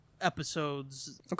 episode's